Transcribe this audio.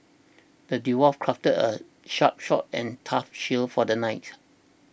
the dwarf crafted a sharp sword and tough shield for the knight